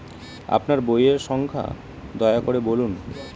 আপনার বইয়ের সংখ্যা দয়া করে বলুন?